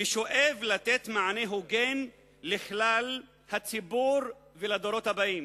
ושואף לתת מענה הוגן לכלל הציבור ולדורות הבאים.